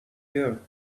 year